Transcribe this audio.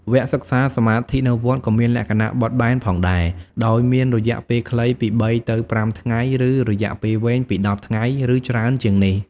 វគ្គសិក្សាសមាធិនៅវត្តក៏មានលក្ខណៈបត់បែនផងដែរ ដោយមាន រយៈពេលខ្លី ពី ៣ ទៅ ៥ ថ្ងៃ ឬ រយៈពេលវែង ពី ១០ ថ្ងៃ ឬច្រើនជាងនេះ។